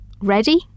ready